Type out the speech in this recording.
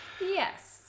Yes